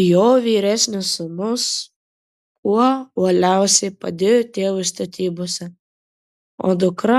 jo vyresnis sūnus kuo uoliausiai padėjo tėvui statybose o dukra